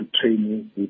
training